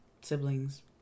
siblings